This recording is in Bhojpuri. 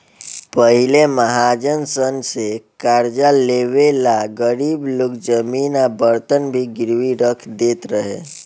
पहिले महाजन सन से कर्जा लेवे ला गरीब लोग जमीन आ बर्तन भी गिरवी रख देत रहे